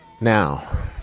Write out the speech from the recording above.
now